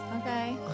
Okay